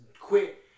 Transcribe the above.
quit